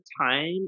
time